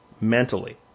mentally